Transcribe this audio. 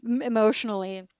emotionally